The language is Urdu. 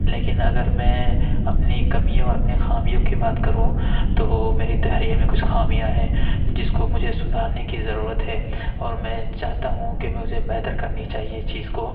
لیکن اگر میں اپنی کمیوں اور اپنی خامیوں کی بات کروں تو میری تحریر میں کچھ خامیاں ہیں جس کو مجھے سدھارنے کی ضرورت ہے اور میں چاہتا ہوں کہ مجھے بہتر کرنی چاہیے اس چیز کو